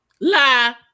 lie